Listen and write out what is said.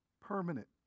permanent